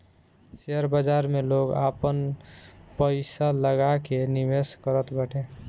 share बाजार में लोग आपन पईसा लगा के निवेश करत बाटे